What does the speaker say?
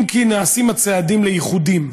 אם כי נעשים צעדים לאיחודם.